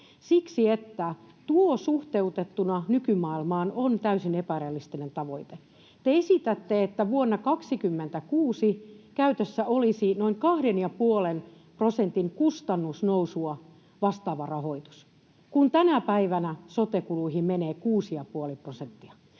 siksi, että tuo suhteutettuna nykymaailmaan on täysin epärealistinen tavoite. Te esitätte, että vuonna 26 käytössä olisi noin kahden ja puolen prosentin kustannusnousua vastaava rahoitus, kun tänä päivänä sote-kuluihin menee kuusi